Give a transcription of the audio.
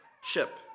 ship